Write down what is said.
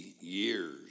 years